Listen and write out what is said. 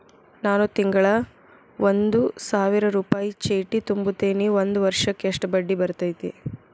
ನಾನು ತಿಂಗಳಾ ಒಂದು ಸಾವಿರ ರೂಪಾಯಿ ಚೇಟಿ ತುಂಬತೇನಿ ಒಂದ್ ವರ್ಷಕ್ ಎಷ್ಟ ಬಡ್ಡಿ ಬರತೈತಿ?